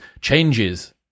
Changes